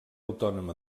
autònoma